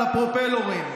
על הפרופלורים.